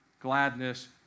gladness